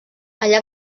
allà